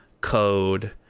code